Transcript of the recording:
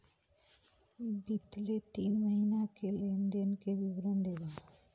बितले तीन महीना के लेन देन के विवरण देवा?